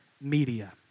media